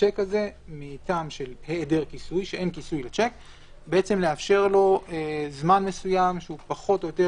לשיק הזה מטעם העדר כיסוי, לאפשר לו פחות או יותר